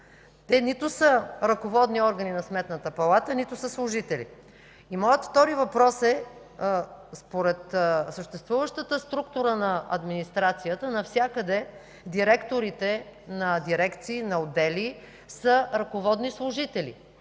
нито са ръководни органи на Сметната палата, нито са служители. И моят втори въпрос е: според съществуващата структура на администрацията, навсякъде директорите на дирекции, на отдели са ръководни служители.